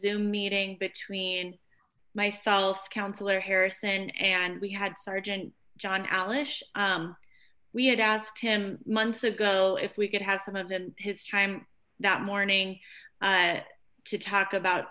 zoom meeting between myself councillor harrison and we had sergeant john ellis we had asked him months ago if we could have some of them his time that morning to talk about